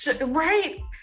right